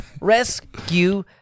Rescue